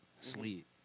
Sleep